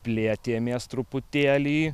plėtėmės truputėlį